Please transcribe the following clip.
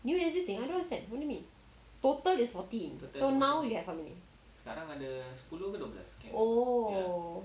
new and existing I don't understand what do you mean total is fourteen so now you have how many oh